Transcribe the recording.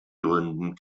gründen